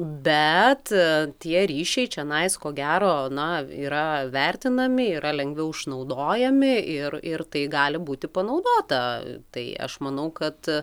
bet tie ryšiai čionais ko gero na yra vertinami yra lengviau išnaudojami ir ir tai gali būti panaudota tai aš manau kad